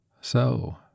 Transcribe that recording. So